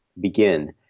begin